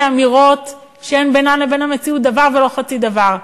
אמירות שאין בינן לבין המציאות דבר וחצי דבר.